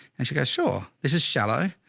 and she goes, sure, this is shallow.